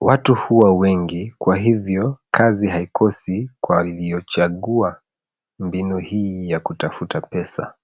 Watu huwa wengi kwa hivyo kazi haikosi kwa waliochagua mbinu hii ya kutafuta pesa.